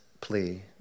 plea